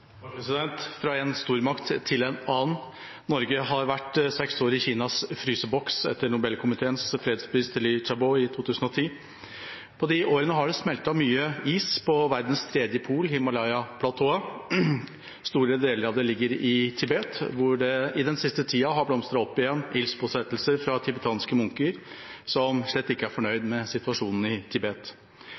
stormakt til en annen: Norge har vært seks år i Kinas fryseboks etter Nobelkomiteens fredspris til Liu Xiaobo i 2010. I de årene har det smeltet mye is på verdens tredje pol, Himalaya-platået. Store deler av det ligger i Tibet, hvor det i den siste tida har blusset opp igjen med ildspåsettelser fra tibetanske munker som slett ikke er fornøyd med situasjonen i Tibet.